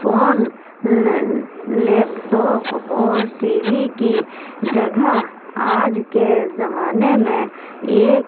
phone laptop اور TV کی جگہ آج کے زمانے میں ایک